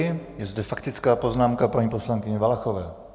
Je zde faktická poznámka paní poslankyně Valachové.